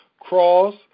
cross